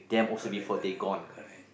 correct correct correct